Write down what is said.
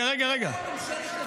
זה היה ממשלת לבנון.